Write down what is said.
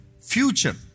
Future